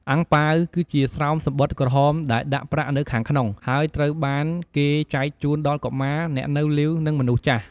អាំងប៉ាវ គឺជាស្រោមសំបុត្រក្រហមដែលដាក់ប្រាក់នៅខាងក្នុង ហើយត្រូវបានគេចែកជូនដល់កុមារ អ្នកនៅលីវ និងមនុស្សចាស់។